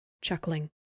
chuckling